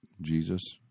Jesus